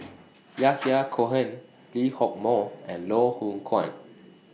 Yahya Cohen Lee Hock Moh and Loh Hoong Kwan